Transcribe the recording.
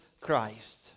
Christ